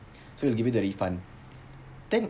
so they give me the refund then